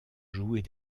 jouer